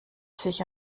sich